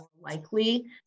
likely